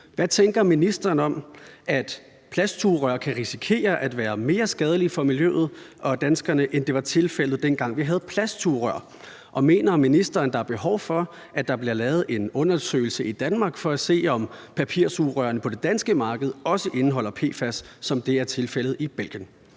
Hvad tænker ministeren om, at papiralternativerne kan risikere at være mere skadelige for miljøet og danskerne, end det var tilfældet, dengang vi havde plastsugerør? Og mener ministeren, der er behov for, at der bliver lavet en undersøgelse i Danmark, for at se, om papirsugerørene på det danske marked også indeholder PFAS, som det er tilfældet i Belgien?